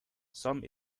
some